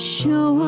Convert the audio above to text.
Show